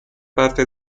parte